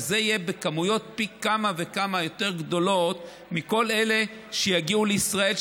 וזה יהיה בכמויות פי כמה וכמה יותר גדולות מכל אלה שיגיעו לישראל,